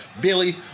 Billy